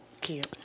Cute